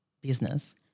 business